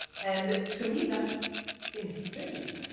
and to me, that's insane!